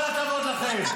כל הכבוד לכם.